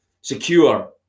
secure